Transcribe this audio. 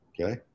Okay